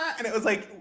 and it was like,